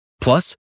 Plus